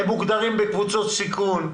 הם מוגדרים בקבוצות סיכון,